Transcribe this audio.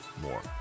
more